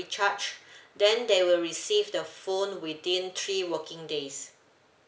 charge then they will receive the phone within three working days